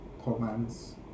commands